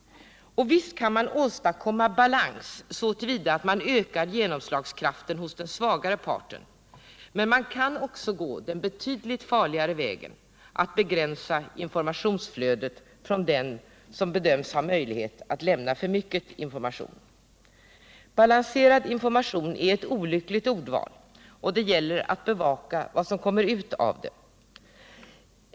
Och visst kan man åstadkomma balans så till vida att man ökar genomslagskraften hos den svagare parten, men man kan också gå den betydligt farligare vägen och begränsa informationsflödet från dem som bedöms ha möjlighet att lämna för mycket information. Balanserad information är ett olyckligt ordval, och det gäller att bevaka vad som kommer ut av det.